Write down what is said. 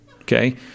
Okay